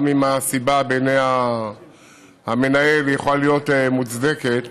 גם אם הסיבה בעיני המנהל יכולה להיות מוצדקת,